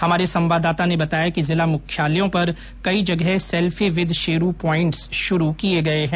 हमारे संवाददाता ने बताया कि जिला मुख्यालयों पर कई जगह सेल्फी विद शेरू पॉइन्ट्स शुरू किए गए है